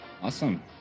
Awesome